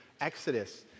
Exodus